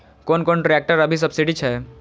कोन कोन ट्रेक्टर अभी सब्सीडी छै?